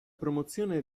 promozione